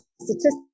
statistics